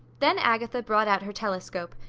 then agatha brought out her telescope,